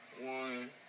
one